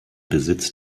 besitz